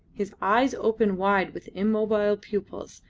his eyes open wide with immobile pupils,